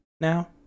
now